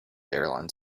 airline